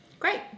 Great